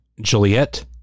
Juliet